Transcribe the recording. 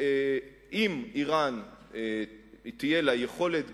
שלפיה אם תהיה לאירן יכולת גרעינית,